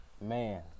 man